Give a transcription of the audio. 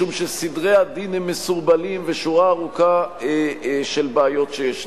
משום שסדרי הדין הם מסורבלים ושורה ארוכה של בעיות שיש.